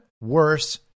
worse